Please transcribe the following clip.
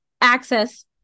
access